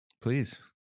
please